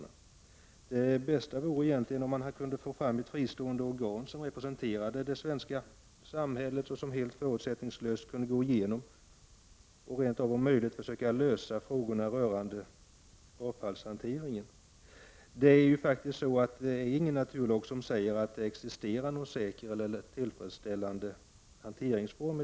Det bästa vore om man kunde få fram ett fristående organ som representerar det svenska samhället och som helt förutsättningslöst kunde gå igenom och om möjligt försöka lösa frågorna om avfallshanteringen. Ingen naturlag säger att det existerar någon säker eller tillfredsställande hanteringsform.